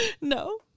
No